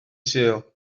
sul